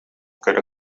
көрө